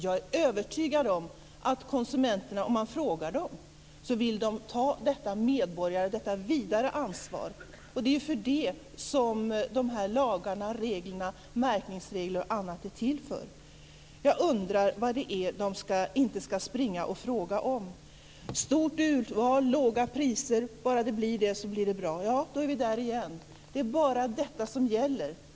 Jag är övertygad om att konsumenterna, om man frågar dem, vill ta detta medborgaransvar, detta vidare ansvar. Det är det de här lagarna, märkningsreglerna osv. är till för. Jag undrar vad det är de inte ska springa och fråga om. Stort urval och låga priser - bara det blir det så blir det bra. Ja, då är vi där igen. Det är bara detta som gäller.